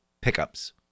pickups